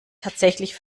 tatsächlich